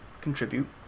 contribute